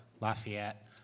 Lafayette